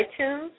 iTunes